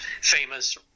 famous